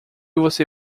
você